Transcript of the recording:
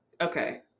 okay